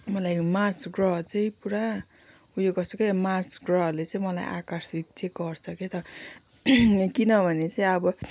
मलाई मार्स ग्रह चाहिँ पुरा उयो गर्छ क्या मार्स ग्रहले चाहिँ मलाई आकर्षित चाहिँ गर्छ क्या त किनभने चाहिँ अब